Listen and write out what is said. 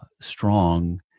strong